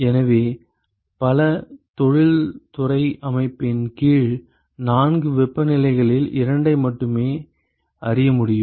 எனவே பல தொழில்துறை அமைப்புகளின் கீழ் நான்கு வெப்பநிலைகளில் இரண்டை மட்டுமே அறிய முடியும்